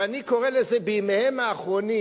ואני קורא לזה, בימיהם האחרונים.